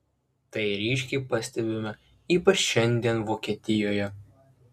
tai ryškiai pastebime ypač šiandien vokietijoje